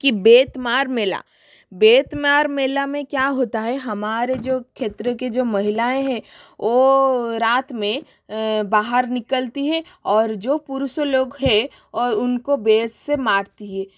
कि बैतमार मेला बैतमार मेला में क्या होता है हमारे जो क्षेत्रों की जो महिलाएं हैं वो रात में बाहर निकलती हैं और जो पुरुष लोग हैं और उनको बैत से मारती है